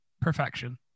perfection